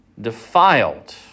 defiled